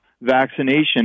vaccination